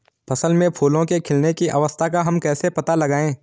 फसल में फूलों के खिलने की अवस्था का हम कैसे पता लगाएं?